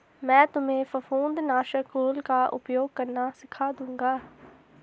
मैं तुम्हें फफूंद नाशक घोल का उपयोग करना सिखा दूंगा